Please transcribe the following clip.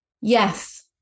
yes